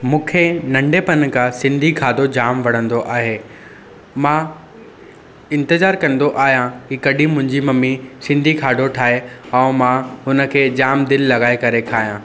मूंखे नंढपिण खां सिंधी खाधो जाम वणंदो आहे मां इंतिज़ारु कंदो आहियां की कॾहिं मुंहिंजी मम्मी सिंधी खाधो ठाहे ऐं मां हुनखे जाम दिलि लॻाए करे खायां